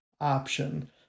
option